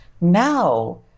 Now